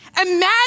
Imagine